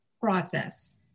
process